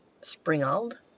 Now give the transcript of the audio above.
Springald